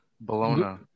Bologna